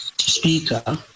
speaker